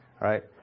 right